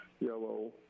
yellow